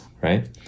right